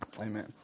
Amen